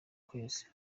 kwezi